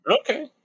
Okay